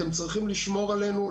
אתם צריכים לשמור עלינו,